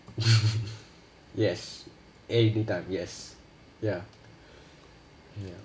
yes anytime yes ya ya